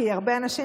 כי הרבה אנשים,